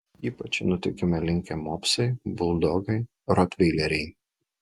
ypač į nutukimą linkę mopsai buldogai rotveileriai